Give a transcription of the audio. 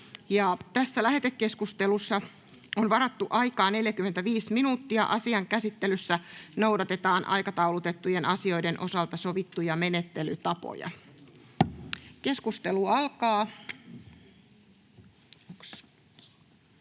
Lähetekeskusteluun varataan enintään 30 minuuttia. Asian käsittelyssä noudatetaan aikataulutettujen asioiden osalta sovittuja menettelytapoja. — Ministeri Pekonen.